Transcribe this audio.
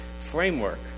framework